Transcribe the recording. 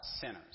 sinners